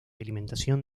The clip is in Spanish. alimentación